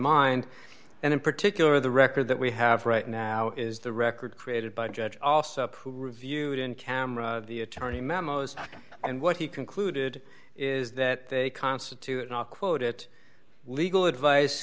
mind and in particular the record that we have right now is the record created by judge also who reviewed in camera the attorney memos and what he concluded is that constitute and i'll quote it legal advice